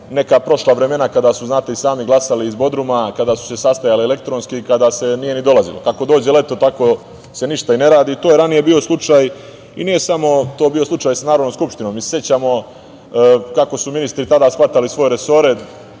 neka prošla vremena, kada su, znate i sami, glasali iz Bodruma, kada su se sastajali elektronski, kada se nije ni dolazilo. Kako dođe leto, tako se ništa i ne radi. To je ranije bio slučaj. I nije samo to bio slučaj sa Narodnom skupštinom. Mi se sećamo kako su ministri tada shvatali svoje resore.